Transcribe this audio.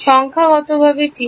সংখ্যাগতভাবে ঠিক